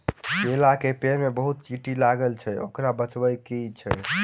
केला केँ पेड़ मे बहुत चींटी लागल अछि, ओकर बजय की छै?